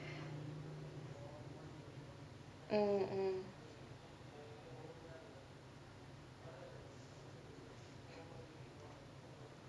mm mm